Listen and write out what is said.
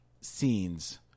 scenes